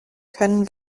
können